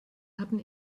hatten